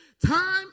Time